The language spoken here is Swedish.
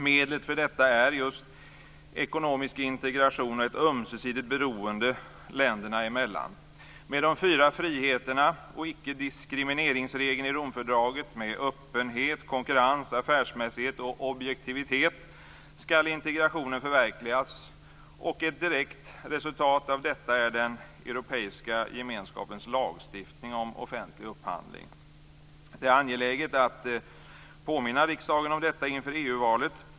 Medlet för detta är just ekonomisk integration och ett ömsesidigt beroende länderna emellan. Med de fyra friheterna och ickediskrimineringsregeln i Romfördraget med öppenhet, konkurrens, affärsmässighet och objektivitet skall integrationen förverkligas. Ett direkt resultat av detta är den europeiska gemenskapens lagstiftning om offentlig upphandling. Det är angeläget att påminna riksdagen om detta inför EU-valet.